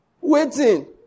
waiting